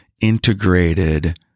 integrated